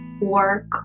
work